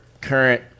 current